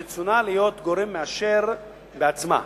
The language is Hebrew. ברצונה להיות גורם מאשר בעצמה.